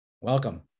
Welcome